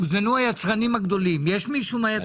הוזמנו היצרנים הגדולים יש מישהו מהיצרנים הגדולים?